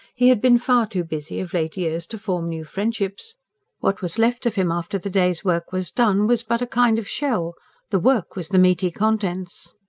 he had been far too busy of late years to form new friendships what was left of him after the day's work was done was but a kind of shell the work was the meaty contents.